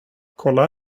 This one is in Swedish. kolla